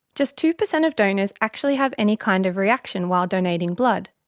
just two percent of donors actually have any kind of reaction while donating blood.